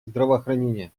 здравоохранения